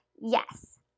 yes